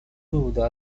выводу